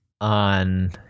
on